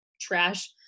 trash